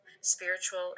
spiritual